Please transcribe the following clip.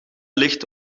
ligt